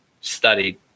studied